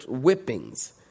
whippings